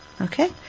Okay